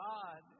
God